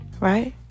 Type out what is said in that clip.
Right